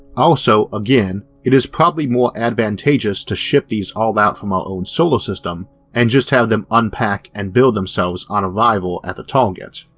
also again it is probably more advantageous to ship these all out from our own solar system and just have them unpack and build themselves on arrival at the target.